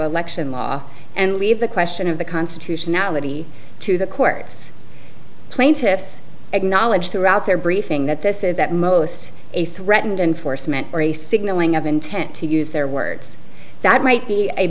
election law and leave the question of the constitutionality to the courts plaintiffs acknowledged throughout their briefing that this is that most a threatened and force meant or a signaling of intent to use their words that might be a